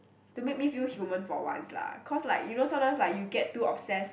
to make me feel human for once lah cause like you know sometimes like you get too obsessed